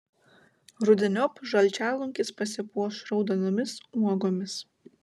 rudeniop žalčialunkis pasipuoš raudonomis uogomis